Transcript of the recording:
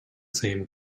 same